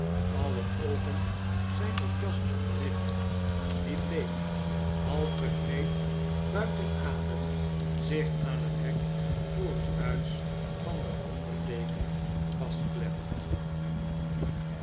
aller oogen zfln op jasper gericht die hleek half gekleed buiten adem zich aan het hek voor het huis van den onder deken